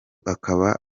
ukaba